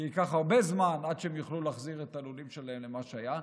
כי ייקח הרבה זמן עד שהם יוכלו להחזיר את הלולים שלהם למה שהיה,